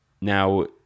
Now